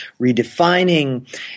redefining